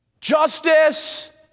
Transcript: Justice